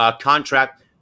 contract